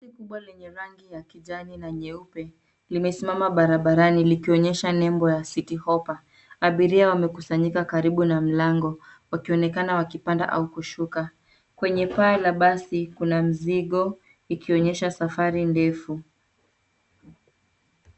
Basi kubwa lenye rangi ya kijani na nyeupe, limesimama barabarani likionyesha nembo ya Citi Hoppa. Abiria wamekusanyika karibu na mlango, wakionekana kupanda au kushuka. Kwenye paa la basi kuna mzigo, ikionyesha safari ndefu.